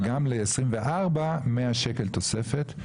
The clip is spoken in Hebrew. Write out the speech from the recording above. וגם ל-2024 100 ש"ח תוספת.